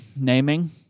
Naming